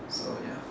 so ya